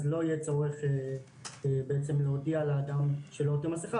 אז לא יהיה צורך להודיע לאדם שלא עוטה מסכה